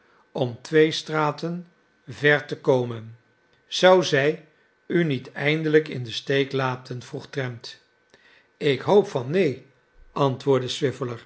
om twee straten ver te komen zou zij u niet eindelijk in den steek laten vroeg trent ik hoop van neen antwoordde